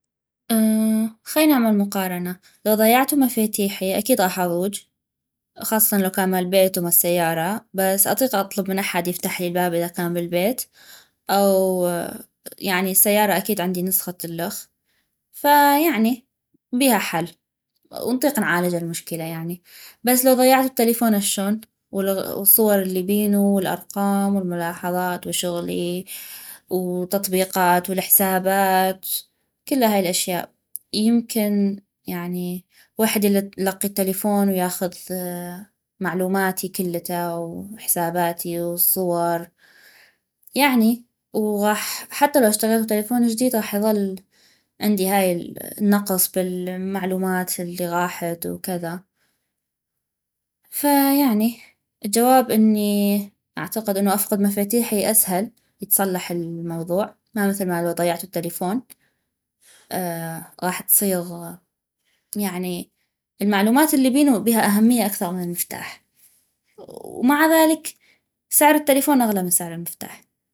<> خلي نعمل مقارنة لو ضيعتو مفيتيحي أكيد غاح اضوج خاصةً لو كان مال بيت ومال سيارة بس اطيق اطلب من أحد يفتحلي الباب إذا كان بالبيت او<> يعني السيارة اكيد عندي نسخة الخ ف<> يعني بيها حل ونطيق نعالجا المشكلة يعني بس لو ضيعتو التلفون اشون وال والصور الي بينو والأرقام والملاحظات وشغلي وتطبيقات والحسابات كلا هاي الأشياء يمكن يعني ويحد يلقي التلفون وياخذ <> معلوماتي كلتا وحساباتي وصور يعني و غاح... حتى لو اشتغيتو تلفون جديد غاح يظل عندي هاي ال <> النقص بالمعلومات الي غاحت وكذا ف<> يعني الجواب اني اعتقد اني افقد مفيتيحي أسهل يتصلح الموضوع ما مثل ما لو ضيعتو التلفون غاح تصيغ <> يعني المعلومات الي بينو بيها أهمية اكثغ من المفتاح ومع ذالك سعر التلفون أغلى من سعر المفتاح